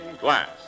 glass